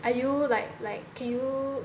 are you like like can you